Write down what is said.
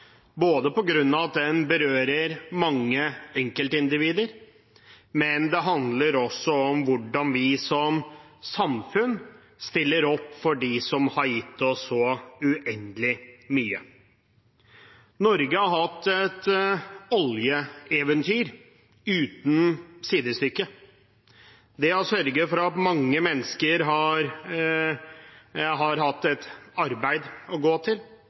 både på grunn av at den berører mange enkeltindivider, og fordi den handler om hvordan vi som samfunn stiller opp for dem som har gitt oss så uendelig mye. Norge har hatt et oljeeventyr uten sidestykke. Det har sørget for at mange mennesker har hatt et arbeid å gå til.